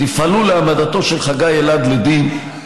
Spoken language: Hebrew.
תפעלו להעמדתו של חגי אלעד לדין.